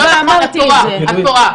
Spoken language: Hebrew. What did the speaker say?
את טועה.